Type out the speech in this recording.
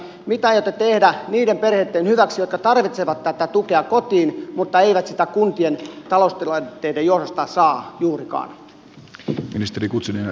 mitä aiotte tehdä niitten perheitten hyväksi jotka tarvitsevat tätä tukea kotiin mutta eivät sitä kuntien taloustilanteiden johdosta saa juurikaan